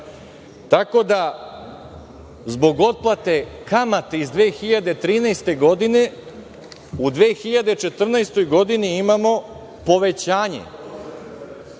glavnici. Zbog otplate kamate iz 2013. godine u 2014. godini imamo povećanje